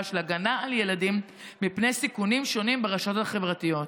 של הגנה על ילדים מפני סיכונים שונים ברשתות החברתיות."